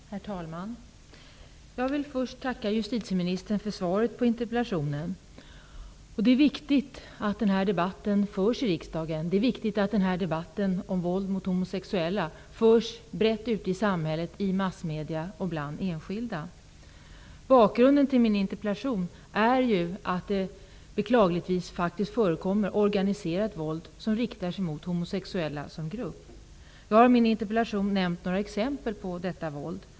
Herr talman! Jag vill först tacka justitieministern för svaret på interpellationen. Det är viktigt att den här debatten förs i riksdagen. Det är också viktigt att den här debatten om våld mot homosexuella förs brett ute i samhället, i massmedier och bland enskilda. Bakgrunden till min interpellation är att det, beklagligtvis, faktiskt förekommer organiserat våld riktat mot homosexuella som grupp. Jag har i min interpellation nämnt några exempel på detta våld.